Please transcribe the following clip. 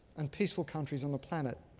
and peaceful countries on the planet.